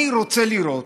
אני רוצה לראות,